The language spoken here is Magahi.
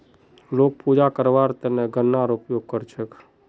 लोग पूजा करवार त न गननार उपयोग कर छेक